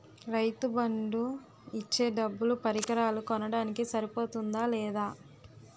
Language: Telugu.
రైతు బందు ఇచ్చే డబ్బులు పరికరాలు కొనడానికి సరిపోతుందా లేదా?